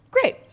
Great